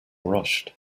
rushed